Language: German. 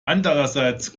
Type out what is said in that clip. andererseits